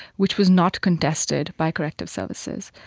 which was not contested by corrective services.